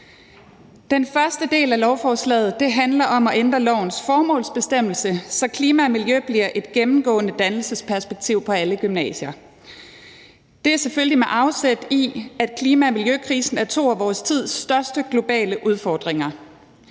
Den første del af lovforslaget handler om at ændre lovens formålsbestemmelse, så klima og miljø bliver gennemgående dannelsesperspektiver på alle gymnasier. Det tager selvfølgelig afsæt i, at klima- og miljøkrisen er to af vores tids største globale udfordringer.